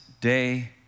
day